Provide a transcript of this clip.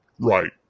Right